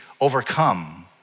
overcome